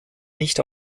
nicht